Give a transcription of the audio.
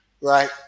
right